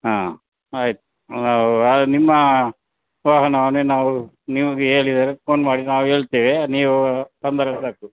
ಹಾಂ ಆಯ್ತು ನಿಮ್ಮ ವಾಹನವನ್ನೇ ನಾವು ನೀವು ಹೇಳಿದರೆ ಫೋನ್ ಮಾಡಿ ನಾವು ಹೇಳ್ತೇವೆ ನೀವು ತಂದರೆ ಸಾಕು